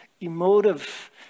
emotive